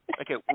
Okay